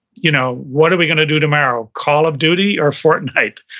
you know what are we gonna do tomorrow? call of duty or fortnite?